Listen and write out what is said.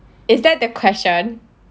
is that the question